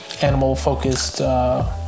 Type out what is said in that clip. animal-focused